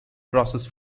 process